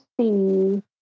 see